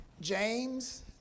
James